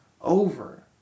over